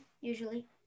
usually